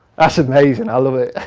that's amazing, i